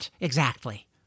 exactly